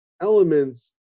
elements